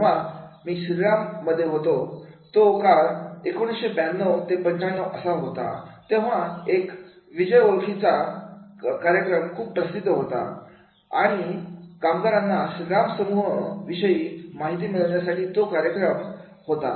जेव्हा मी श्रीराम मध्ये होतो तो का 1992 ते 95 असा होता तेव्हा एक विजय ओळखीचा कार्यक्रम खूप प्रसिद्ध होता आणि कामगारांना श्रीराम समूह विषयी माहिती मिळवण्यासाठी तो कार्यक्रम होता